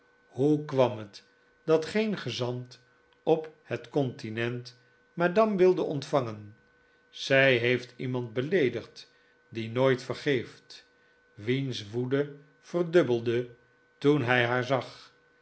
hoe kwam het dat geen gezant op het continent madame wilde ontvangen zij heeft iemand beleedigd die nooit vergeeft wiens woede verdubbelde toen hij haar zag